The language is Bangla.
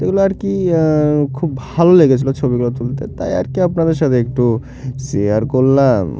তো এগুলো আর কি খুব ভালো লেগেছিলো ছবিগুলো তুলতে তাই আর কি আপনাদের সাথে একটু শেয়ার করলাম